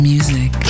Music